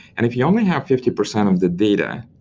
and if you only have fifty percent of the data,